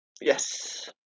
yes